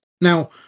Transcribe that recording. now